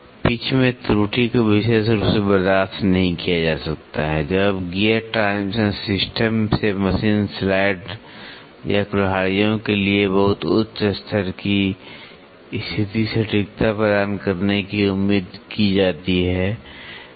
pitch में त्रुटि को विशेष रूप से बर्दाश्त नहीं किया जा सकता है जब गियर ट्रांसमिशन सिस्टम से मशीन स्लाइड या कुल्हाड़ियों के लिए बहुत उच्च स्तर की स्थिति सटीकता प्रदान करने की उम्मीद की जाती है